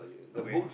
okay